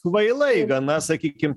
kvailai gana sakykim